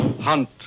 hunt